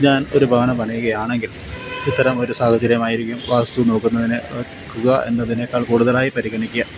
ഞാൻ ഒരു ഭവനം പണിയുകയാണെങ്കിൽ ഇത്തരം ഒരു സാഹചര്യമായിരിക്കും വാസ്തു നോക്കുന്നതിന് നോക്കുക എന്നതിനേക്കാൾ കൂടുതലായി പരിഗണിക്കുക